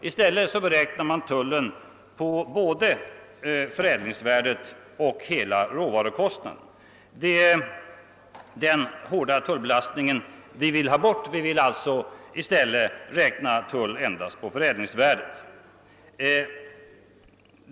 I stället beräknas tullen på både förädlingsvärdet och hela råvarukostnaden. Vi vill ha bort denna tullbelastning och önskar i stället räkna tull enbart på förädlingsvärdet.